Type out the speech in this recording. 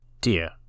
dear